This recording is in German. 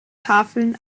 tafeln